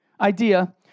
idea